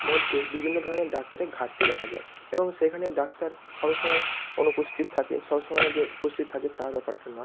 মধ্যে বিভিন্ন ধরনের ডাক্তারের ঘাটতি দেখা যায় এবং সেখানে ডাক্তার সব সময় অনুপস্থিত থাকে সব সময় যে উপস্থিত থাকে তা ব্যাপারটা না